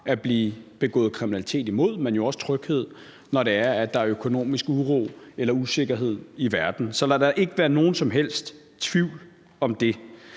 bliver begået kriminalitet imod en, men jo også tryghed, når der er økonomisk uro eller usikkerhed i verden. Så lad der ikke være nogen som helst tvivl om det.